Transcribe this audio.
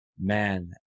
man